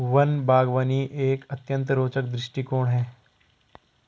one बागवानी एक अत्यंत रोचक दृष्टिकोण है